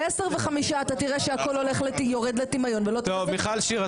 ב-10:05 אתה תראה שהכול יורד לטמיון ולא תבזה --- מיכל שיר,